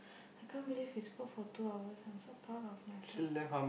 I can't believe we spoke for two hours I'm so proud of myself